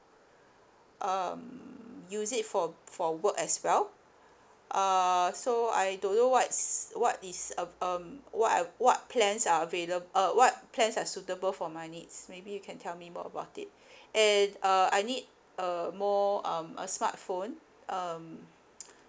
um use it for for work as well err so I don't know what's what is uh um what are what plans are availa~ uh what plans are suitable for my needs maybe you can tell me more about it and uh I need uh more um a smart phone um